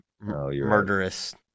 murderous